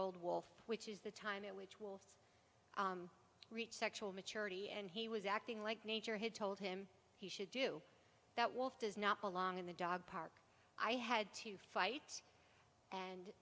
old wolf which is the time which will reach sexual maturity and he was acting like nature had told him he should do that wolf does not belong in the dog park i had to fight and